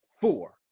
four